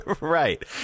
Right